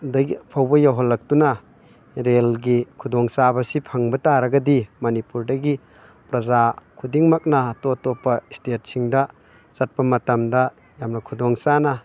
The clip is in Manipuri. ꯐꯥꯎꯕ ꯌꯧꯍꯜꯂꯛꯇꯨꯅ ꯔꯦꯜꯒꯤ ꯈꯨꯗꯣꯡ ꯆꯥꯕꯁꯤ ꯐꯪꯕ ꯇꯥꯔꯒꯗꯤ ꯃꯅꯤꯄꯨꯔꯗꯒꯤ ꯄ꯭ꯔꯖꯥ ꯈꯨꯗꯤꯡꯃꯛꯅ ꯑꯇꯣꯞ ꯑꯇꯣꯞꯄ ꯏꯁꯇꯦꯠꯁꯤꯡꯗ ꯆꯠꯄ ꯃꯇꯝꯗ ꯌꯥꯝꯅ ꯈꯨꯗꯣꯡ ꯆꯥꯅ